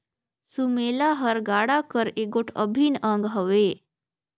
सुमेला हर गाड़ा कर एगोट अभिन अग हवे